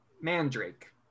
Mandrake